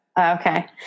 Okay